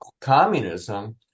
Communism